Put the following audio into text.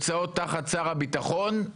שמעת את הרעיון של ינון אזולאי לחוק?